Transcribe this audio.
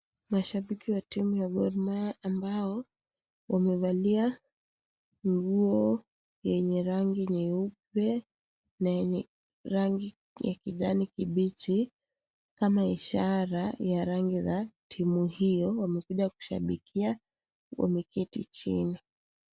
Mashabiki wa timu ya Gormahia ambao wamevalia nguo yenye rangi nyeupe na yenye rangi ya kijani kibichi kama ishara ya rangi za timu hiyo wamekuja kushabikia wameketi chini.